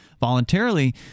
voluntarily